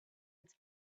its